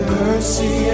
mercy